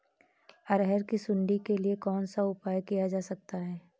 अरहर की सुंडी के लिए कौन सा उपाय किया जा सकता है?